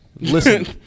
Listen